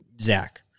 Zach